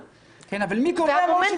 כן, אבל מי קובע מהו שוויון?